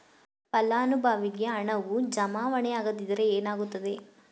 ಫಲಾನುಭವಿಗೆ ಹಣವು ಜಮಾವಣೆ ಆಗದಿದ್ದರೆ ಏನಾಗುತ್ತದೆ?